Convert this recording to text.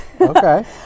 Okay